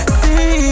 see